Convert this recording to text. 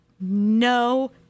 no